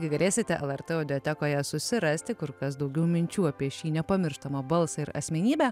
tai galėsite lrt audiotekoje susirasti kur kas daugiau minčių apie šį nepamirštamą balsą ir asmenybę